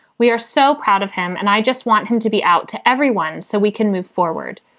we are so proud of him and i just want him to be out to everyone so we can move forward.